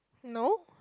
no